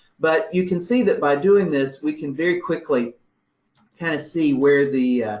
but you can see that by doing this, we can very quickly kind of see where the,